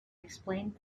explained